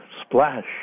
splash